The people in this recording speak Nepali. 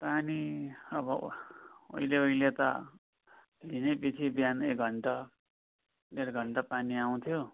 पानी अब उहिले उहिले त दिनै पछि बिहान एक घन्टा डेढ घन्टा पानी आउँथ्यो